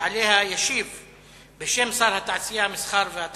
הצעות לסדר-היום מס' 1770,